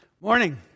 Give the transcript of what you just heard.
Morning